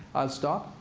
i'll stop